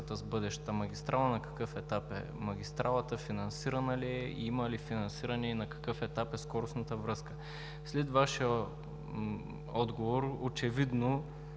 с бъдещата магистрала, на какъв етап е магистралата, финансирана ли е? Има ли финансиране и на какъв етап е скоростната връзка? След Вашия отговор е очевидно,